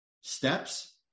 steps